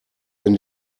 denn